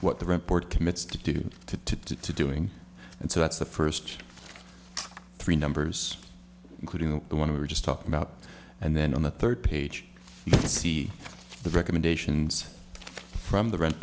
what the report commits to do to to to to doing and so that's the first three numbers including the one we were just talking about and then on the third page you see the recommendations from the rent